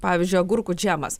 pavyzdžiui agurkų džemas